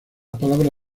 palabra